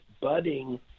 budding